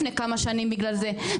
לפני כמה שנים בגלל זה,